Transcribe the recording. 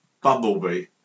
Bumblebee